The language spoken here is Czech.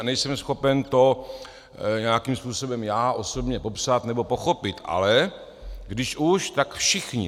Nejsem schopen to nějakým způsobem já osobně popsat nebo pochopit, ale když už, tak všichni.